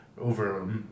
over